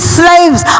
slaves